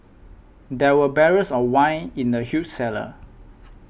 there were barrels of wine in the huge cellar